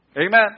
Amen